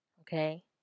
Okay